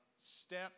step